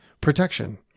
protection